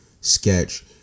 sketch